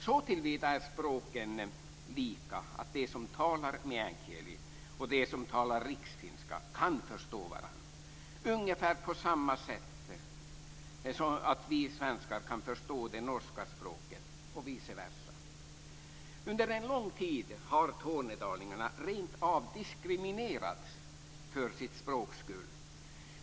Såtillvida är språken lika att de som talar meänkieli och de som talar riksfinska kan förstå varandra, ungefär på samma sätt som vi svenskar kan förstå det norska språket och vice versa. Under en lång tid har tornedalingarna rent av diskriminerats för sitt språks skull.